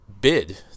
bid